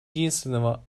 единственного